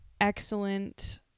excellent